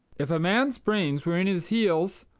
if a man's brains were in's heels,